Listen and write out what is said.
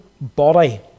Body